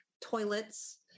toilets